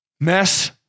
mess